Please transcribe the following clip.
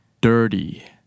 Dirty